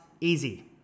easy